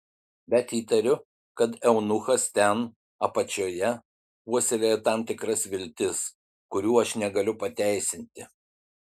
bet įtariu kad eunuchas ten apačioje puoselėja tam tikras viltis kurių aš negaliu pateisinti